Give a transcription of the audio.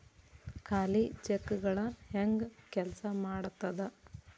ಖಾಲಿ ಚೆಕ್ಗಳ ಹೆಂಗ ಕೆಲ್ಸಾ ಮಾಡತದ?